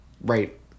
Right